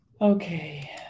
Okay